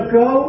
go